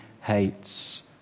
hates